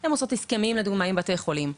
הן עושות הסכמים עם בתי חולים לדוגמה,